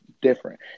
different